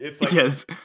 Yes